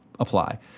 Apply